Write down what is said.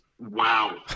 Wow